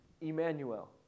Emmanuel